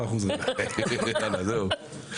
זהו.